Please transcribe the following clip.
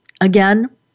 Again